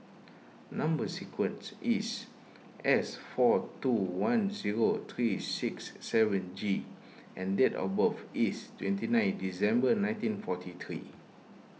Number Sequence is S four two one zero three six seven G and date of birth is twenty nine December nineteen forty three